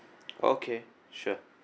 okay sure